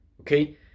okay